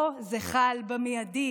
פה זה חל במיידי